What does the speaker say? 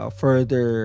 further